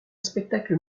spectacle